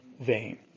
vain